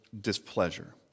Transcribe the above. displeasure